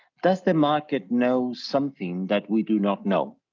does the market know something that we do not know?